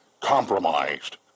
Compromised